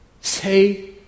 say